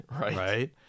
right